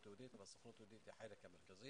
היהודית הסוכנות היהודית היא החלק המרכזי